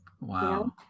Wow